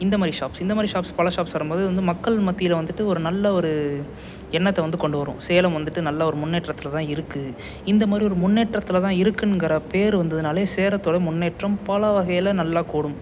இந்த மாதிரி ஷாப்ஸ் இந்த மாதிரி ஷாப்ஸ் பல ஷாப்ஸ் வரும்போது மக்கள் மத்தியில் வந்துட்டு ஒரு நல்ல ஒரு எண்ணத்தை வந்து கொண்டுவரும் சேலம் வந்துட்டு நல்ல ஒரு முன்னேற்றத்தில்தான் இருக்குது இந்த மாதிரி ஒரு முன்னேற்றத்தில்தான் இருக்குங்கிற பேர் வந்ததுனாலே சேலத்தோட முன்னேற்றம் பல வகையில் நல்லா கூடும்